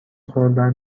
خوردن